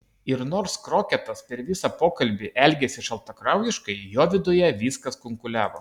ir nors kroketas per visą pokalbį elgėsi šaltakraujiškai jo viduje viskas kunkuliavo